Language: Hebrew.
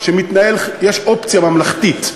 יש אופציה ממלכתית,